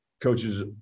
coaches